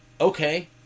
okay